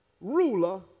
ruler